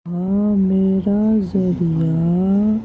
ہاں میرا ذریعہ